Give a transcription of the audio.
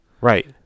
Right